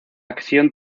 acción